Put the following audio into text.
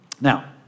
Now